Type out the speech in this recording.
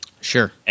Sure